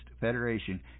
Federation